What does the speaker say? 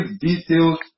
details